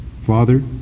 Father